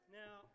now